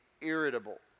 irritable